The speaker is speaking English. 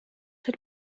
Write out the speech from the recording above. had